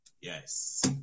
Yes